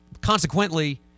consequently